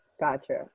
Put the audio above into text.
Gotcha